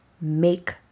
Make